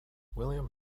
william